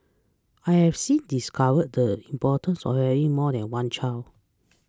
I have since discovered the importance of having more than one child